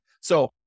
So-